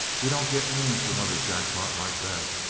yuh don't get me into another jackpot like that!